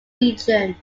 region